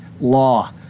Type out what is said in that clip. law